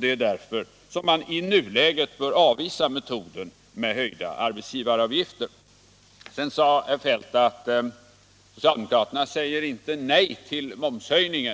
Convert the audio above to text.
Det är därför som man i nuläget bör avvisa motionen om höjda arbetsgivaravgifter. Herr Feldt sade vidare att socialdemokraterna inte säger nej till en momshöjning.